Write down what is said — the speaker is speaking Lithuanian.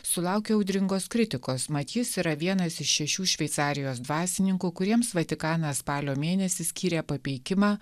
sulaukė audringos kritikos mat jis yra vienas iš šešių šveicarijos dvasininkų kuriems vatikanas spalio mėnesį skyrė papeikimą